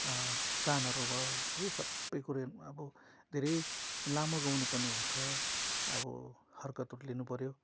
तानहरू भयो है सबै कुरोहरू अब धेरै लामो गाउनुपर्ने हुन्छ अब हर्कतहरू लिनुपर्यो